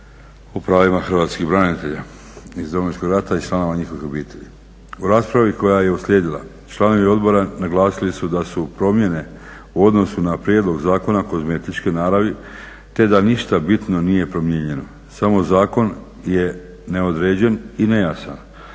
o pravima hrvatskih branitelja iz Domovinskog rata i članova njihovih obitelji. U raspravi koja je uslijedila članovi odbora naglasili su da su promjene u odnosu na prijedlog zakona kozmetičke naravi te da ništa bitno nije promijenjeno. Sam zakon je neodređen i nejasan.